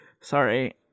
Sorry